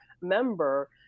member